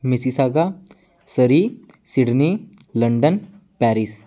Mississauga Surrey Sydney London Paris